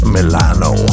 Milano